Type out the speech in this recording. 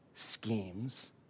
schemes